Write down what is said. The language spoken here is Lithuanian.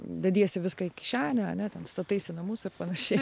dediesi viską į kišenę ane ten stataisi namus ir panašiai